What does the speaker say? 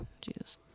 Jesus